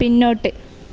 പിന്നോട്ട്